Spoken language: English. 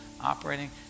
operating